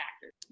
factors